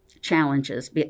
challenges